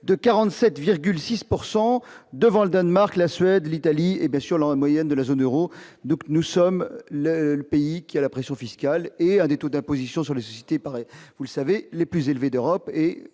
pourcent devant le Danemark, la Suède, l'Italie et bien sûr la moyenne de la zone Euro, donc nous sommes le seul pays qui a la pression fiscale et à des taux d'imposition sur les sociétés par vous savez les plus élevés d'Europe